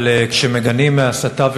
אבל כשמגנים הסתה,